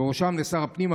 ובראשם לשר הפנים,